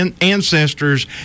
ancestors